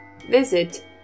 visit